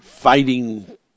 fighting